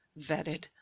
vetted